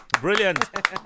Brilliant